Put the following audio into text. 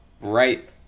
Right